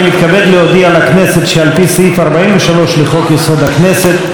אני מתכבד להודיע לכנסת שעל פי סעיף 43 לחוק-יסוד: הכנסת,